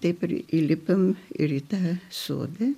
taip ir įlipom ir į tą sodą